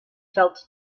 felt